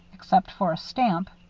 except for a stamp,